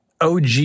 OG